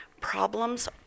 problems